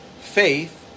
Faith